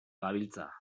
gabiltza